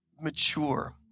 mature